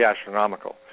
Astronomical